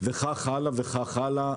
בכמעט 150%, וכך הלאה וכך הלאה.